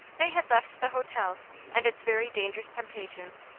they had left the hotel and its very dangerous temptations,